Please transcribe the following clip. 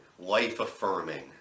life-affirming